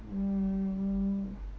mm